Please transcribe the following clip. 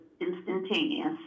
instantaneous